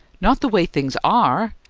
not the way things are!